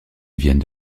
viennent